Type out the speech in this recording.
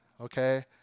okay